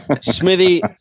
Smithy